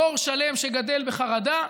דור שלם שגדל בחרדה,